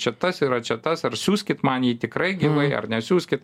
čia tas yra čia tas ar siųskit man tikrai gyvai ar nesiųski